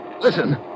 Listen